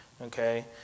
Okay